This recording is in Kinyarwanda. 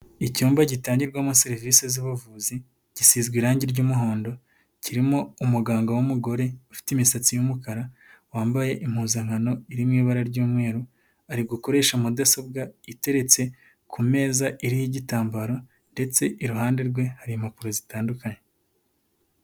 Icyumba gitangirwamo serivisi z'ubuvuzi, gisizwe irangi ry'umuhondo, kirimo umuganga w'umugore, ufite imisatsi yumukara, wambaye impuzankano iririmo ibara ry'umweru, ari gukoresha mudasobwa, iteretse ku meza, iriho igitambaro ndetse iruhande rwe hari impapuro zitandukanye.